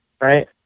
right